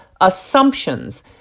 assumptions